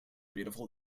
beautiful